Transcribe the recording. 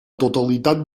totalitat